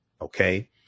Okay